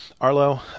arlo